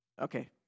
okay